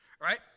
Right